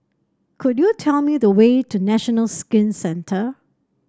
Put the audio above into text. could you tell me the way to National Skin Centre